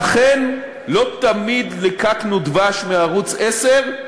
ואכן, לא תמיד ליקקנו דבש מערוץ 10,